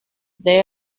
they